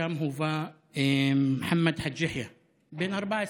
לשם הובא מוחמד חאג' יחיא, בן 14,